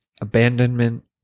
abandonment